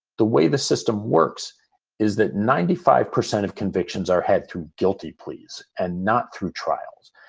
the way the system works is that ninety five percent of convictions are had two guilty pleas and not through trials.